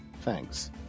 Thanks